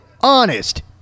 honest